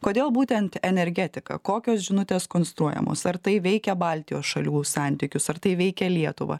kodėl būtent energetika kokios žinutės konstruojamos ar tai veikia baltijos šalių santykius ar tai veikia lietuvą